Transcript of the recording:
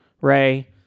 Ray